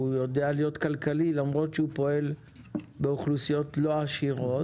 יודע להיות כלכלי למרות שהוא פועל באוכלוסיות לא עשירות.